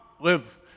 live